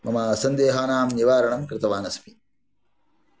मम सन्देहानां निवारणं कृतवान् अस्मि